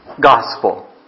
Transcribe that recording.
gospel